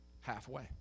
Halfway